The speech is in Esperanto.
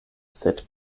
sed